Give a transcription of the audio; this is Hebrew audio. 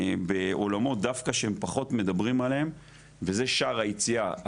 בעולמות דווקא שהם פחות מדברים עליהם וזה שער היציאה.